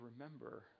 remember